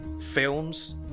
films